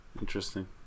Interesting